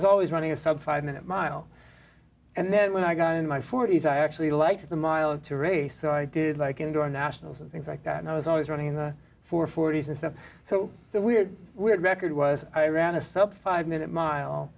was always running a sub five minute mile and then when i got in my forty's i actually like the mile to race so i did like internationals and things like that and i was always running in the four forty's and stuff so the weird weird record was i ran a sub five minute mile